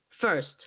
First